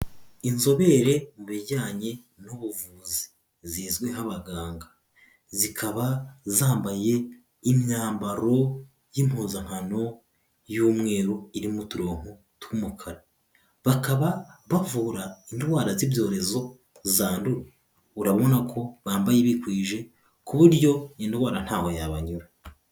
Inzobere mu bijyanye n'ubuvuzi zizwi nk'abaganga, zikaba zambaye imyambaro y'impuzakano y'umweru iririmo uturongo tw'umukara, bakaba bavura indwara z'ibyorezo zandura, urabona ko bambaye bikwije ku buryo indwara nt'aho yabanyura.